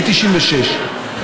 מ-1996,